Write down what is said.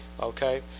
okay